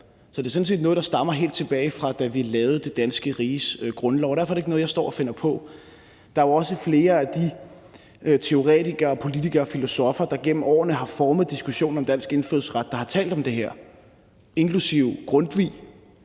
Så det er sådan set noget, der stammer helt tilbage fra, da vi lavede det danske riges grundlov, og derfor er det ikke noget, jeg står og finder på. Der er jo også flere af de teoretikere og politikere og filosoffer, der igennem årene har formet diskussionen om dansk indfødsret, der har talt om det her, inklusive Grundtvig,